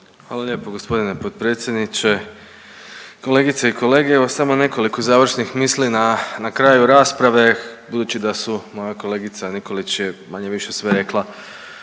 Hvala lijepo g. potpredsjedniče, kolegice i kolege, evo samo nekoliko završnih misli na kraju rasprave budući da su moja kolegica Nikolić je manje-više sve rekla